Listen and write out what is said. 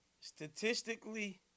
statistically